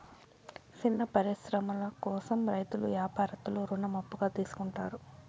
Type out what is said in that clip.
సిన్న సూక్ష్మ పరిశ్రమల కోసం రైతులు యాపారత్తులు రుణం అప్పుగా తీసుకుంటారు